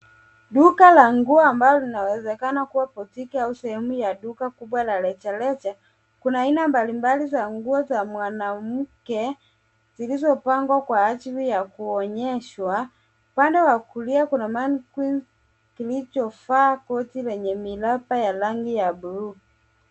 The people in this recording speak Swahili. Duka la nguo ambalo linawezekana kuwa botiki au sehemu ya duka kubwa la rejareja. Kuna aina mbalimbali za nguo za mwanamke zilizopangwa kwa ajili ya kuonyeshwa. Upande wa kulia kuna manequinn kilichovaa koti lenye miraba ya rangi ya buluu.